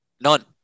None